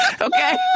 Okay